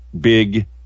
big